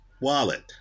wallet